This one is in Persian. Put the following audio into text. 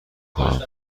خواهم